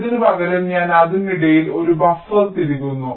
ഇതിനുപകരം ഞാൻ അതിനിടയിൽ ഒരു ബഫർ തിരുകുന്നു